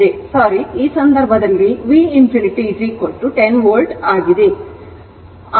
ಆದ್ದರಿಂದ ಈ ಸಂದರ್ಭದಲ್ಲಿ v infinity 10 ವೋಲ್ಟ್ ಆಗಿದೆ